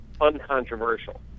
uncontroversial